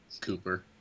Cooper